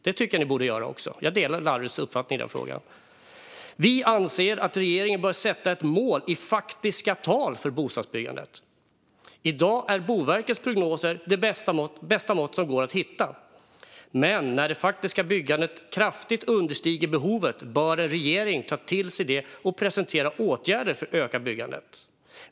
Det tycker jag också att ni borde göra; jag delar Larrys uppfattning även i den frågan. Larry Söder fortsätter sedan: "Vi anser att regeringen bör sätta ett mål i faktiska tal för bostadsbyggandet. I dag är Boverkets prognoser det bästa mått som går att hitta, men när det faktiska byggandet kraftigt understiger behovet bör en regering ta till sig det och presentera åtgärder för att öka byggandet.